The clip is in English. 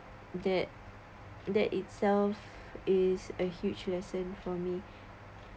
that that itself is a huge lesson for me